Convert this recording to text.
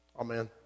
Amen